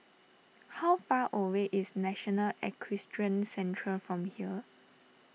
how far away is National Equestrian Centre from here